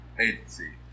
agency